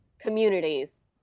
communities